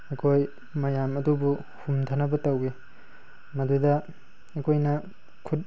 ꯑꯩꯈꯣꯏ ꯃꯌꯥꯝ ꯑꯗꯨꯕꯨ ꯀꯨꯝꯊꯅꯕ ꯇꯧꯏ ꯃꯗꯨꯗ ꯑꯩꯈꯣꯏꯅ ꯈꯨꯠ